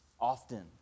often